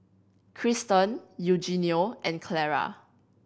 Krysten Eugenio and Clara